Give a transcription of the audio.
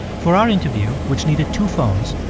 for our interview, which needed two phones,